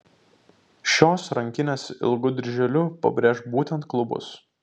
šios rankinės ilgu dirželiu pabrėš būtent klubus